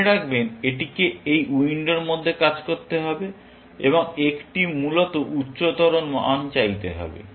মনে রাখবেন এটিকে এই উইন্ডোর মধ্যে কাজ করতে হবে এবং একটি মূলত উচ্চতর মান চাইতে হবে